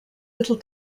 little